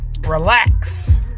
relax